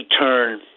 turn